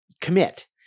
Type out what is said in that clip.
commit